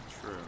True